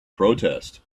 protest